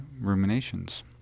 ruminations